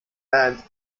band